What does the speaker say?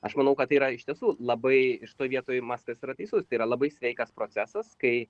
aš manau kad tai yra iš tiesų labai šitoj vietoj maskas yra teisus tai yra labai sveikas procesas kai